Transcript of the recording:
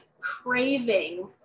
craving